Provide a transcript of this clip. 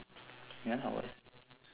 ya lah what